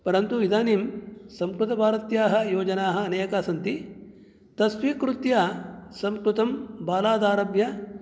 परन्तु इदानीं संस्कृतभारत्याः योजनाः अनेकाः सन्ति तत्स्वीकृत्य संस्कृतं बालादारभ्य